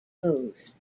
moves